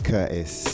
Curtis